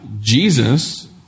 Jesus